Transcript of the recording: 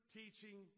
teaching